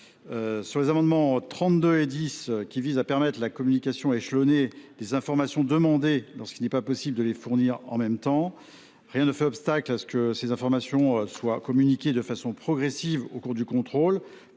? Les amendements n 32 et 10 rectifié visent à permettre la communication échelonnée des informations demandées lorsqu’il n’est pas possible de les fournir en même temps. Rien ne fait obstacle à ce que ces informations soient communiquées de façon progressive par l’entité contrôlée,